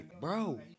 bro